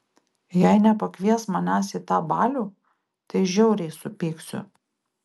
jei nepakvies manęs į tą balių tai žiauriai supyksiu